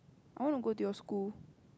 I want to go to your school